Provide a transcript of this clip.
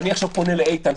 ואני עכשיו פונה לאיתן,